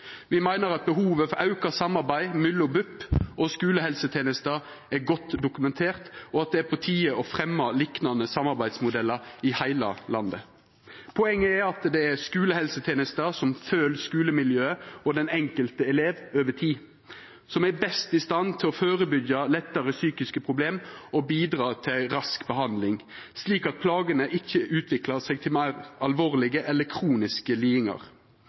meiner at behovet for auka samarbeid mellom BUP og skulehelsetenesta er godt dokumentert, og at det er på tide å fremja liknande samarbeidsmodellar i heile landet. Poenget er at det er skulehelsetenesta, som følgjer skulemiljøet og den enkelte elev over tid, som er best i stand til å førebyggja lettare psykiske problem og bidra til rask behandling, slik at plagene ikkje utviklar seg til meir alvorlege eller kroniske lidingar.